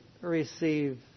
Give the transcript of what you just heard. receive